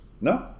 No